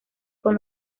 con